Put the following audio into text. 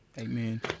amen